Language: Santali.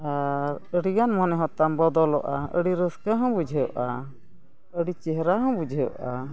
ᱟᱨ ᱟᱹᱰᱤ ᱜᱟᱱ ᱢᱚᱱᱮ ᱦᱚᱛᱟᱢ ᱵᱚᱫᱚᱞᱚᱜᱼᱟ ᱟᱹᱰᱤ ᱨᱟᱹᱥᱠᱟᱹ ᱦᱚᱸ ᱵᱩᱡᱷᱟᱹᱜᱼᱟ ᱟᱹᱰᱤ ᱪᱮᱦᱨᱟ ᱦᱚᱸ ᱵᱩᱡᱷᱟᱹᱜᱼᱟ